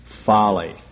folly